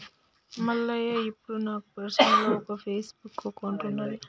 మల్లయ్య ఇప్పుడు నాకు పర్సనల్గా ఒక ఫేస్బుక్ అకౌంట్ ఉన్నది